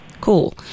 Cool